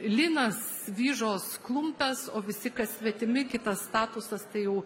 linas vyžos klumpės o visi kas svetimi kitas statusas tai jau